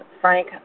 Frank